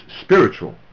spiritual